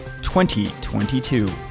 2022